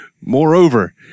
Moreover